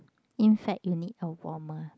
inside you need a warmer